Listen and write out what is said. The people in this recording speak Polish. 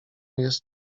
jest